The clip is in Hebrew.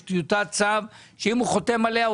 יש טיוטת צו שאם הוא חותם עליה,